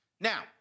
Now